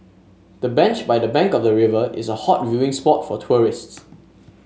the bench by the bank of the river is a hot viewing spot for tourists